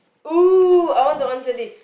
!woo! I want to answer this